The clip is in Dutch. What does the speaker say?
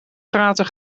praten